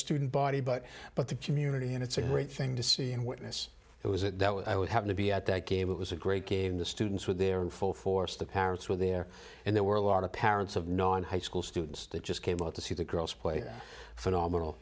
student body but but the community and it's a great thing to see and witness who was at that what i would have to be at that gave it was a great game the students with their full force the parents were there and there were a lot of parents of non high school students that just came out to see the girls play phenomenal